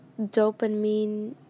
dopamine